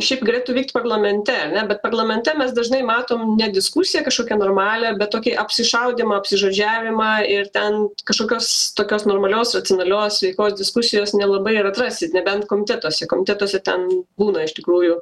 šiaip galėtų vykt parlamente ar ne bet parlamente mes dažnai matom ne diskusiją kažkokią normalią bet tokį apsišaudymą apsižodžiavimą ir ten kažkokios tokios normalios racionalios sveikos diskusijos nelabai ir atrasit nebent komitetuose komitetuose ten būna iš tikrųjų